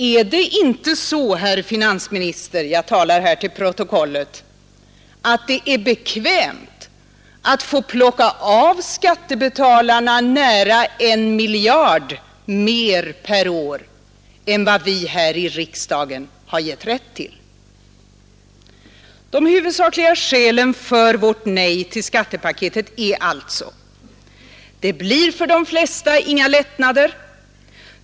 Är det inte så, herr finansminister — jag talar här till protokollet — att det är bekvämt att få plocka av skattebetalarna nära 1 miljard kronor mer per år än vad vi här i riksdagen har givit rätt till? De huvudsakliga skälen för vårt nej till skattepaketet är alltså: Det blir för de flesta inga lättnader.